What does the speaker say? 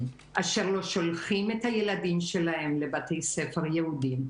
אשר לא שולחים את הילדים שלהם לבתי ספר יהודים.